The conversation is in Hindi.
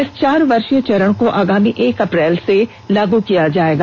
इस चार वर्षीय चरण को आगामी एक अप्रैल से लागू किया जाएगा